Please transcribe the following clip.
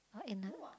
ah in a